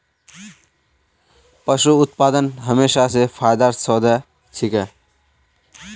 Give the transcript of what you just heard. पशू उत्पादन हमेशा स फायदार सौदा छिके